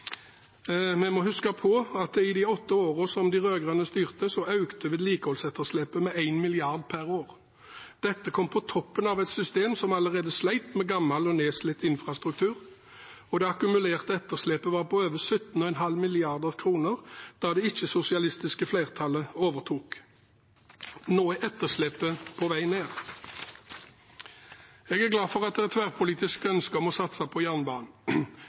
Vi må huske på at i de åtte årene de rød-grønne styrte, økte vedlikeholdsetterslepet med 1 mrd. kr per år. Dette kom på toppen av et system som allerede slet med gammel og nedslitt infrastruktur. Det akkumulerte etterslepet var på over 17,5 mrd. kr da det ikke-sosialistiske flertallet overtok. Nå er etterslepet på vei ned. Jeg er glad for at det er et tverrpolitisk ønske om å satse på jernbanen.